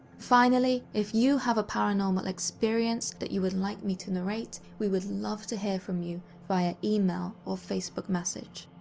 finally, if you have a paranormal experience that you would like me to narrate, we would love to hear from you via email or facebook message.